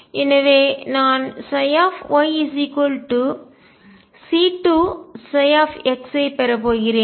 எனவே நான் yC2 x ஐ பெறப்போகிறேன்